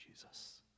Jesus